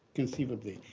conceivably.